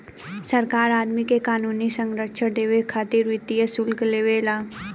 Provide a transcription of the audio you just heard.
सरकार आदमी के क़ानूनी संरक्षण देबे खातिर वित्तीय शुल्क लेवे ला